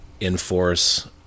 enforce